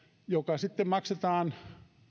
joka sitten maksetaan